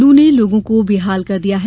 लू ने लोगों को बेहाल कर दिया है